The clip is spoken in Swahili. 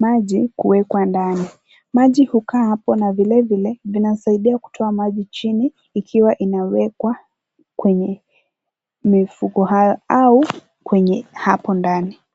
maji kuwekwa ndani. Maji hukaa hapo na vile vile vinasaidia kutoa maji chini ikiwa inawekwa kwenye mifuko hayo au kwenye hapo ndani.